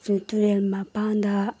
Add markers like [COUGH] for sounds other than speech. [UNINTELLIGIBLE] ꯇꯨꯔꯦꯜ ꯃꯄꯥꯟꯗ